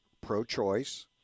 pro-choice